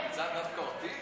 מצאת דווקא אותי,